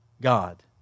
God